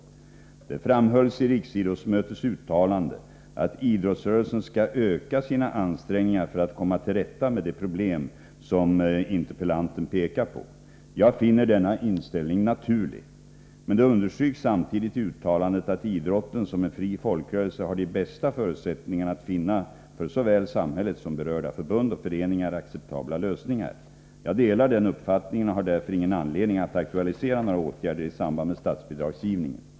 Det framhölls i riksidrottsmötets uttalande att idrottsrörelsen skall öka sina ansträngningar för att komma till rätta med det problem som interpellanten pekar på. Jag finner denna inställning naturlig. Men det understryks samtidigt i uttalandet att idrotten som en fri folkrörelse har de bästa förutsättningarna att finna för såväl samhället som berörda förbud och föreningar acceptabla lösningar. Jag delar den uppfattningen och har därför ingen anledning att aktualisera några åtgärder i samband med statsbidragsgivningen.